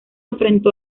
enfrentó